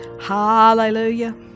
Hallelujah